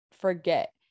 forget